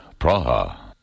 Praha